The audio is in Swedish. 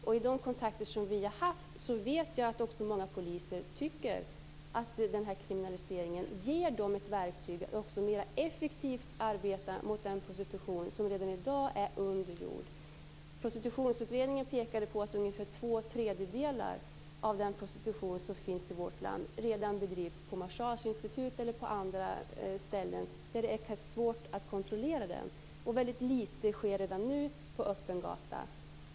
Genom de kontakter som vi har haft vet jag att många poliser tycker att kriminaliseringen ger dem ett verktyg att mera effektivt arbeta mot den prostitution som redan i dag sker under jord. Prostitutionsutredningen pekade på att ungefär två tredjedelar av den prostitution som finns i vårt land redan bedrivs på massageinstitut eller på andra ställen där det är svårt att kontrollera den. Väldigt litet sker redan nu på öppen gata.